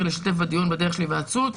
להשתתף בדיון בדרך של היוועדות חזותית,